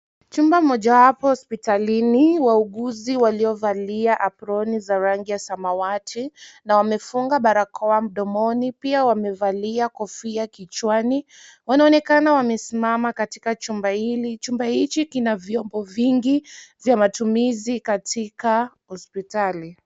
Chumba mojawapo hospitalini wauuguzi waliovalia aproni za rangi ya samawati na wamefunga barakoa mdomoni pia wamevalia kofia kichwani wanaonekana wamesimama katika chumba hiki ,chumba hiki kina vyombo vingi vya matumizi katika hospitali.